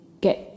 get